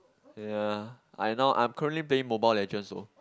yea I now I am currently playing Mobile Legend so